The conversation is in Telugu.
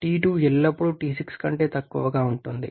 T2 ఎల్లప్పుడూ T6 కంటే తక్కువగా ఉంటుంది